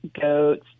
goats